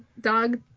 dog